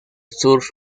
surf